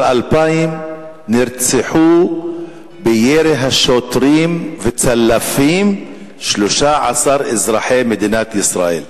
2000 נרצחו מירי שוטרים וצלפים 13 אזרחי מדינת ישראל.